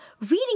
reading